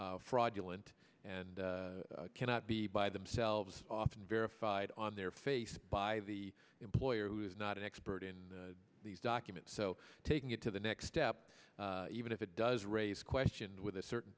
fraudulent and cannot be by themselves often verified on their face by the employer who is not an expert in these documents so taking it to the next step even if it does raise question with a certain